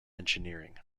engineering